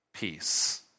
Peace